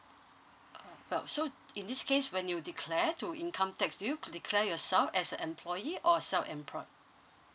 oh well so in this case when you declare to income tax do you declare yourself as a employee or self employed